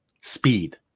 speed